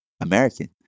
American